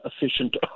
efficient